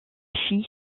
fit